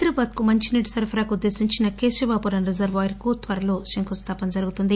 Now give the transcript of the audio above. హైదరాబాద్ కు మంచినీటి సరఫరాకు ఉద్దేశించిన కేశవాపురం రిజర్వాయర్ కు త్వరలో శంకుస్థాపన జరుగుతుంది